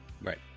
Right